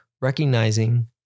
recognizing